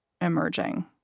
emerging